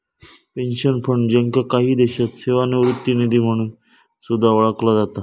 pension fund, ज्याका काही देशांत सेवानिवृत्ती निधी म्हणून सुद्धा ओळखला जाता